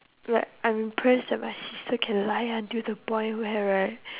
like I'm impress that my sister can lie until the point where right